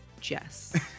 Jess